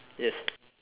yes